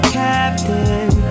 captain